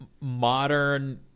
modern